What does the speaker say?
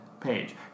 page